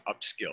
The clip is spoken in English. upskill